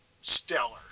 stellar